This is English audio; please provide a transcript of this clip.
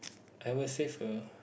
I will save uh